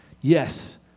Yes